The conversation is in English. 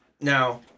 Now